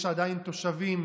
יש עדיין תושבים,